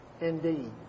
indeed